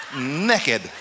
naked